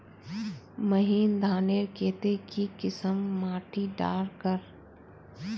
महीन धानेर केते की किसम माटी डार कर?